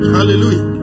Hallelujah